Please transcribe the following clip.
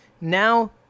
Now